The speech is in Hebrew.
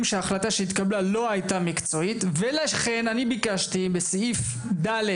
שההחלטה שהתקבלה לא הייתה מקצועית ולכן אני ביקשתי בסעיף ד'